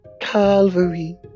Calvary